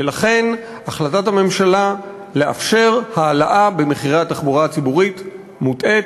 ולכן החלטת הממשלה לאפשר העלאה במחירי התחבורה הציבורית מוטעית,